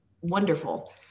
wonderful